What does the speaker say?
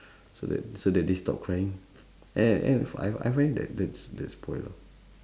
so that so that they stop crying have have I I find that that's that's spoilt lah